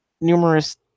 numerous